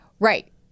Right